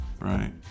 right